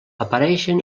apareixen